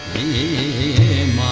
ie and